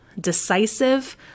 decisive